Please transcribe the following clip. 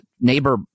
neighbor